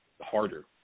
harder